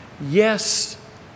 Yes